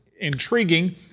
intriguing